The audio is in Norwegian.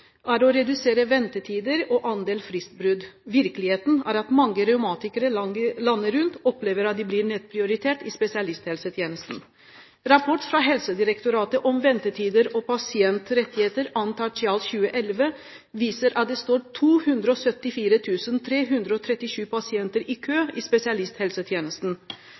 er å redusere ventetider og andelen fristbrudd. Virkeligheten er at mange revmatikere landet rundt opplever at de blir nedprioritert i spesialisthelsetjenesten. Rapport fra Helsedirektoratet om ventetider og pasientrettigheter 2. tertial 2011 viser at det står 274 337 pasienter i kø i spesialisthelsetjenesten.